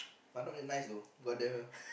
but not very nice though but the